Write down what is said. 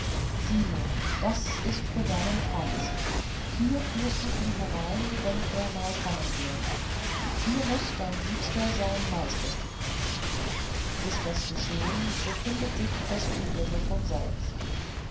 sieh an das ist für deinen franz hier führst du ihn herein wenn er mal kommen wird hier muß dein liebster sein meisterstück machen ist das geschehn so findet sich das übrige von selbst